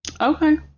Okay